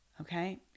Okay